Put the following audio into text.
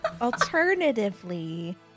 Alternatively